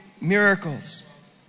miracles